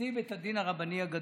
נשיא בית הדין הרבני הגדול.